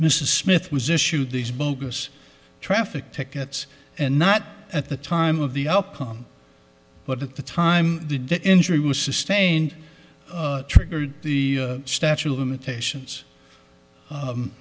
mrs smith was issued these bogus traffic tickets and not at the time of the up but at the time the injury was sustained triggered the statute of limitations